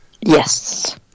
yes